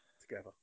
together